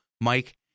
Mike